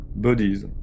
bodies